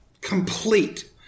complete